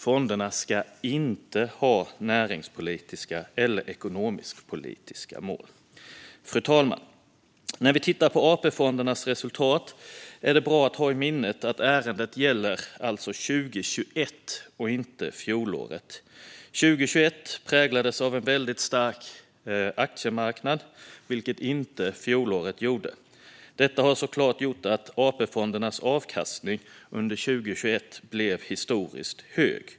Fonderna ska inte ha näringspolitiska eller ekonomisk-politiska mål. Fru talman! När vi tittar på AP-fondernas resultat är det bra att ha i minnet att ärendet alltså gäller 2021 och inte fjolåret. År 2021 präglades av en väldigt stark aktiemarknad, något som inte gäller fjolåret. Detta gjorde såklart att AP-fondernas avkastning under 2021 blev historiskt hög.